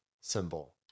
symbol